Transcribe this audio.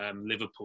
Liverpool